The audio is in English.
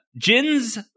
Jin's